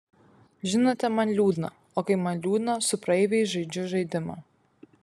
žinote man liūdna o kai man liūdna su praeiviais žaidžiu žaidimą